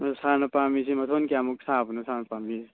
ꯁꯥꯔꯅ ꯄꯥꯝꯃꯤꯁꯦ ꯃꯊꯣꯟ ꯀꯌꯥꯃꯨꯛ ꯁꯥꯕꯅꯣ ꯁꯥꯔꯅ ꯄꯥꯝꯕꯤꯔꯤꯁꯦ